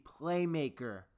playmaker